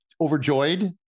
Overjoyed